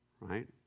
right